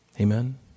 Amen